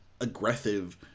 aggressive